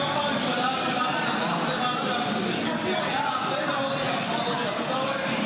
הממשלה שלנו --- הצורך בענייני דת ומדינה